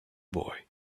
boy